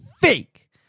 fake